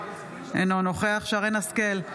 אינו נוכח שרן מרים השכל,